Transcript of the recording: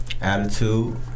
attitude